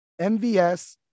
MVS